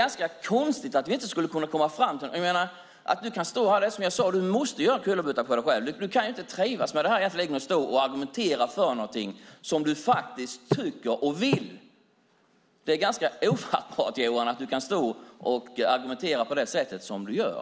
Du måste göra en kullerbytta. Du kan inte trivas med att argumentera mot något som du egentligen är för. Det är ofattbart att du kan argumentera på det sätt du gör.